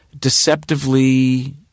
deceptively